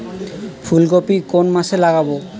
ফুলকপি কোন মাসে লাগাবো?